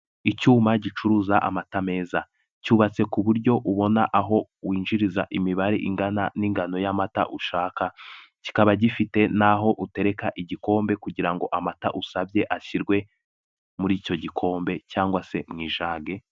Icyuma gicuruza amata meza cyubatse ku buryo ubona aho winjiriza imibare ingana n'ingano y'amata ushaka, kikaba gifite naho'a utereka igikombe kugira ngo amata usabye ashyirwe muri icyo gikombe cyangwa se mu ijage.